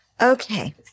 Okay